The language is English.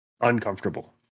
uncomfortable